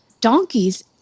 donkeys